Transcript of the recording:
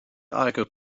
argued